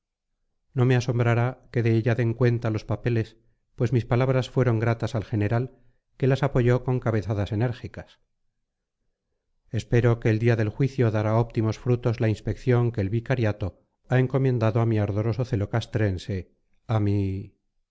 no me asombrará que de ella den cuenta los papeles pues mis palabras fueron gratas al general que las apoyó con cabezadas enérgicas espero que el día del juicio dará óptimos frutos la inspección que el vicariato ha encomendado a mi ardoroso celo castrense a mi